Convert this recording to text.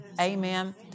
Amen